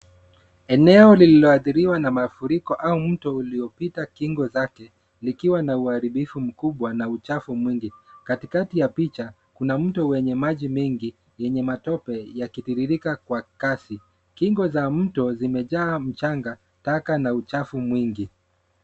Eneo lililoathiriwa na mafuriko au mto uliopita kingo zake likiwa na uharibifu mkubwa na uchafu mwingi. Katikati ya picha kuna mto wenye maji mengi lenye matope yakitiririka kwa kasi. Kingo za mto zimejaa mchanga, taka na uchafu mwingi.